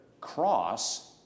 Cross